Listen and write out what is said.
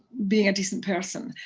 being a decent person,